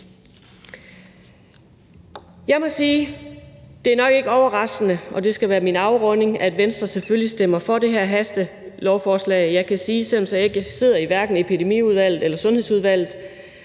Jeg må sige, at det nok ikke er overraskende – og det skal være min afrunding – at Venstre selvfølgelig stemmer for det her hastelovforslag. Jeg kan sige, at selv om jeg hverken sidder i Epidemiudvalget eller Sundhedsudvalget,